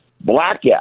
blackout